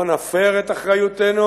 לא נפר את אחריותנו